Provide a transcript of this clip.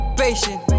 patient